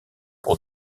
pour